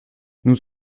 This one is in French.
nous